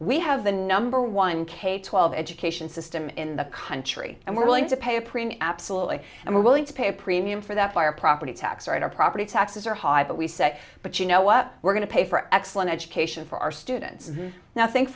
we have the number one k twelve education system in the country and we're willing to pay a premium absolutely and we're willing to pay a premium for that fire property tax our property taxes are high but we say but you know what we're going to pay for excellent education for our students now thin